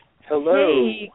Hello